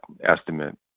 estimate